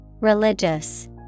Religious